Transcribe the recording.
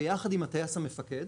ביחד עם הטייס המפקח,